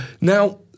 Now